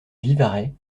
vivarais